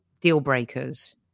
deal-breakers